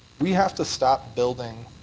we have to stop building